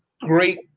great